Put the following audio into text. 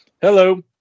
hello